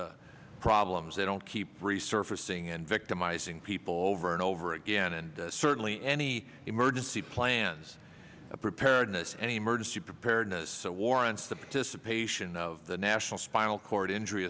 these problems they don't keep resurfacing and victimizing people over and over again and certainly any emergency plans a preparedness an emergency preparedness so warrants the participation of the national spinal cord injury